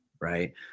right